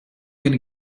gonna